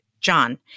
John